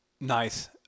Nice